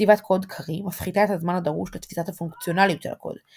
כתיבת קוד קריא מפחיתה את הזמן הדרוש לתפיסת הפונקציונליות של הקוד,